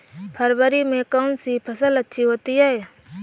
फरवरी में कौन सी फ़सल अच्छी होती है?